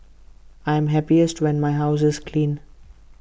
I am happiest when my house is clean